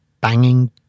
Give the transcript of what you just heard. banging